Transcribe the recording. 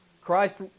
christ